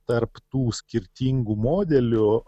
tarp tų skirtingų modelių